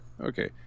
okay